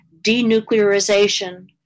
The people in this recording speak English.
denuclearization